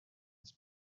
its